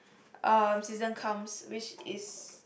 um season comes which is